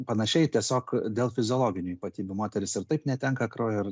panašiai tiesiog dėl fiziologinių ypatybių moteris ir taip netenka kraujo ir